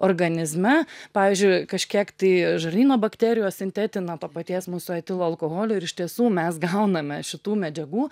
organizme pavyzdžiui kažkiek tai žarnyno bakterijos sintetina to paties mūsų etilo alkoholio ir iš tiesų mes gauname šitų medžiagų